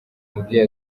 mubyeyi